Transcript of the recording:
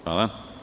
Hvala.